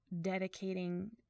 dedicating